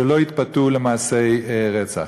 שלא יתפתו למעשי רצח.